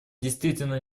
действительно